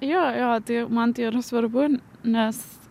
jo tai man tai yra svarbu nes